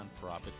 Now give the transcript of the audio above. nonprofit